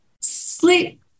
sleep